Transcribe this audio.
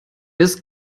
des